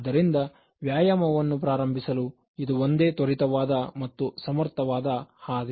ಆದ್ದರಿಂದ ವ್ಯಾಯಾಮವನ್ನು ಪ್ರಾರಂಭಿಸಲು ಇದು ಒಂದೇ ತ್ವರಿತವಾದ ಮತ್ತು ಸಮರ್ಥವಾದ ಹಾದಿ